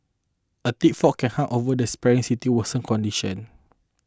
a thick fog can hung over the sprawling city worsened conditions